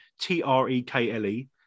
t-r-e-k-l-e